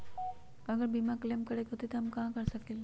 अगर बीमा क्लेम करे के होई त हम कहा कर सकेली?